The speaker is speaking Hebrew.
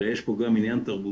אלא יש פה גם עניין תרבותי.